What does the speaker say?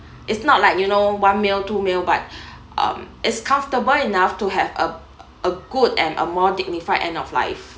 it's not like you know one meal two meal but um it's comfortable enough to have a a good and a more dignified end of life